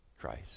Christ